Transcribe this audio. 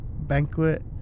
Banquet